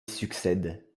succède